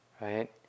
right